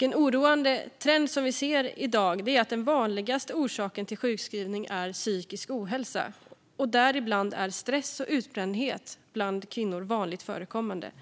En oroande trend vi ser i dag är att den vanligaste orsaken till sjukskrivning är psykisk ohälsa. Däribland är stress och utbrändhet bland kvinnor vanligt förekommande.